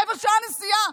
רבע שעה נסיעה.